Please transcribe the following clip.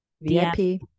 VIP